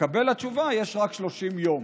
ולמקבל התשובה יש רק 30 יום.